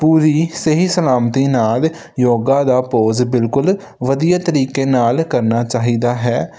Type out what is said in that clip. ਪੂਰੀ ਸਹੀ ਸਲਾਮਤੀ ਨਾਲ ਯੋਗਾ ਦਾ ਪੋਜ ਬਿਲਕੁਲ ਵਧੀਆ ਤਰੀਕੇ ਨਾਲ ਕਰਨਾ ਚਾਹੀਦਾ ਹੈ